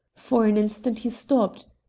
for an instant he stopped.